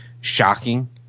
shocking